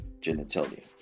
genitalia